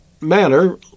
manner